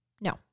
no